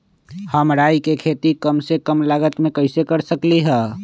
हम राई के खेती कम से कम लागत में कैसे कर सकली ह?